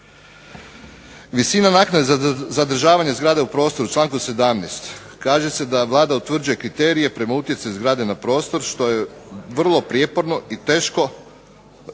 Visina naknade za zadržavanje zgrade u prostoru u članku 17. kaže se da Vlada utvrđuje kriterije prema utjecaju zgrade na prostor što je vrlo prijeporno i teško realno